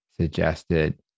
suggested